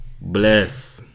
Bless